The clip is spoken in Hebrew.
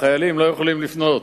החיילים לא יכולים לפנות